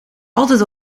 altijd